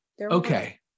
Okay